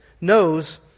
knows